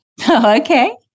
Okay